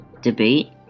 debate